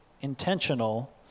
intentional